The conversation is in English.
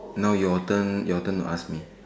now your turn your turn to ask me